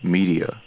Media